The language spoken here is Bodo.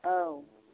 औ